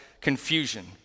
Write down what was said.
confusion